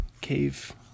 Cave